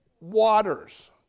waters